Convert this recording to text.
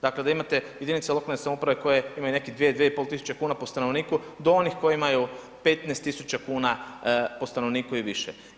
Dakle da imate jedinice lokalne samouprave koje imaju neke 2, 2,5 tisuće kuna po stanovniku do onih koje imaju 15 tisuća kuna po stanovniku i više.